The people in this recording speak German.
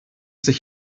sich